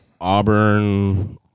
Auburn